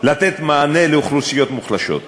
לתת מענה לאוכלוסיות מוחלשות.